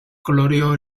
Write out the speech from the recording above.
coloreó